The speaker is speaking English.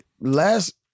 last